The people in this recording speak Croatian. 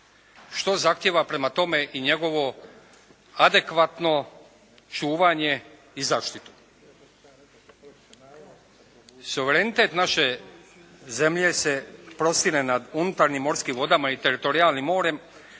Što zahtjeva prema tome i njegovo adekvatno čuvanje i zaštitu. Suverenitet naše zemlje se prostire nad unutarnjim morskim vodama i teritorijalnim morem,